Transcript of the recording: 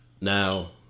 Now